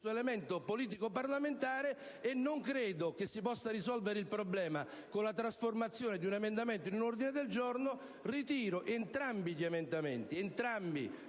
non credo che si possa risolvere il problema con la trasformazione di un emendamento in un ordine del giorno, ritiro gli emendamenti *(Applausi